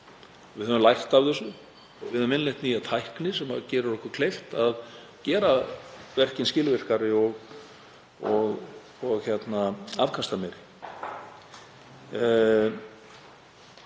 Við höfum lært af þessu. Við höfum innleitt nýja tækni sem gerir okkur kleift að gera verkin skilvirkari og afkastameiri.